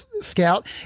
scout